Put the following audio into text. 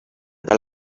del